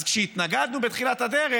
כשהתנגדנו בתחילת הדרך,